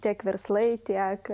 tiek verslai tiek